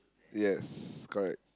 yes correct